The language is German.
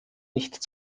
nicht